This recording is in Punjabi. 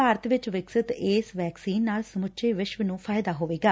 ਭਾਰਤ ਵਿਚ ਵਿਕਸਿਤ ਇਸ ਵੈਕਸੀਨ ਨਾਲ ਸਮੁੱਚੇ ਵਿਸ਼ਵ ਨੁੰ ਫ਼ਾਇਦਾ ਹੋਵੇਗਾ